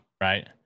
right